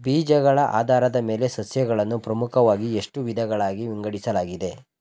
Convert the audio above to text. ಬೀಜಗಳ ಆಧಾರದ ಮೇಲೆ ಸಸ್ಯಗಳನ್ನು ಪ್ರಮುಖವಾಗಿ ಎಷ್ಟು ವಿಧಗಳಾಗಿ ವಿಂಗಡಿಸಲಾಗಿದೆ?